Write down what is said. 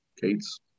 Kate's